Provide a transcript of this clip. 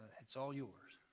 it's all yours.